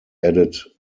added